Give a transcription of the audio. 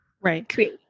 Right